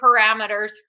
parameters